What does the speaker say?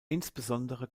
insbesondere